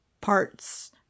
parts